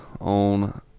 on